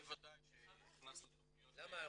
בוודאי שהכנסנו תכניות --- למה,